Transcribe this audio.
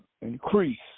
increase